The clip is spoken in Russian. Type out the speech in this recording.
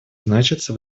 значатся